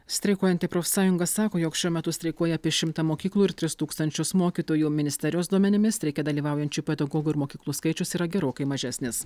streikuojanti profsąjunga sako jog šiuo metu streikuoja apie šimtą mokyklų ir tris tūkstančius mokytojų ministerijos duomenimis streike dalyvaujančių pedagogų ir mokyklų skaičius yra gerokai mažesnis